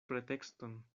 pretekston